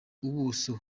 ubuso